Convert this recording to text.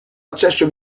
accesso